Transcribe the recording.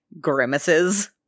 grimaces